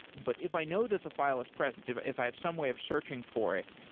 but if i know that the file is present, if if i have some way of searching for it,